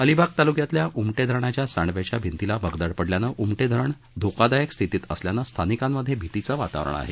अलिबाग तालुक्यातल्या उमटे धरणाच्या सांडव्याच्या भिंतीला भगदाड पडल्यानं उमटे धरण धोकादायक स्थितीत असल्यानं स्थानिकांमध्ये भीतीचं वातावरण आहे